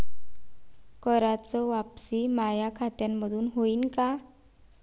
कराच वापसी माया खात्यामंधून होईन का?